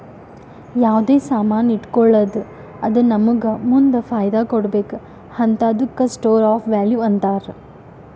ಯಾವ್ದರೆ ಸಾಮಾನ್ ಇಟ್ಗೋಳದ್ದು ಅದು ನಮ್ಮೂಗ ಮುಂದ್ ಫೈದಾ ಕೊಡ್ಬೇಕ್ ಹಂತಾದುಕ್ಕ ಸ್ಟೋರ್ ಆಫ್ ವ್ಯಾಲೂ ಅಂತಾರ್